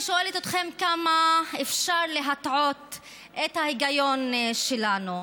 היא שואלת אתכם: כמה אפשר להטעות את ההיגיון שלנו?